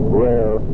rare